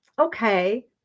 okay